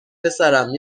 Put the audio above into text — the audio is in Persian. پسرم